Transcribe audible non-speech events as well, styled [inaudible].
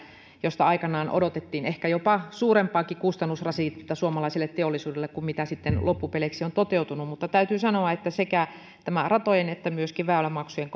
josta aikanaan odotettiin ehkä jopa suurempaakin kustannusrasitetta suomalaiselle teollisuudelle kuin mitä sitten loppupeleissä on toteutunut mutta täytyy sanoa että sekä ratojen että myöskin väylämaksujen [unintelligible]